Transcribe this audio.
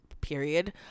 period